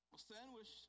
Sandwich